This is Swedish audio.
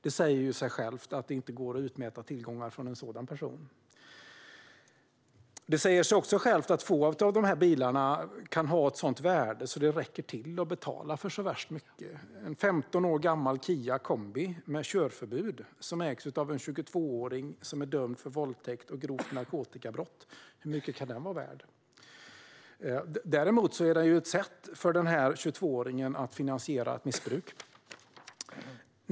Det säger ju sig självt att det inte går att utmäta tillgångar från en sådan person. Det säger sig också självt att få av dessa bilar kan ha ett sådant värde att det räcker till att betala för så värst mycket. Hur mycket kan en 15 år gammal Kia kombi med körförbud, som ägs av en 22-åring som är dömd för våldtäkt och grovt narkotikabrott, vara värd? Däremot är det ett sätt för 22-åringen att finansiera ett missbruk.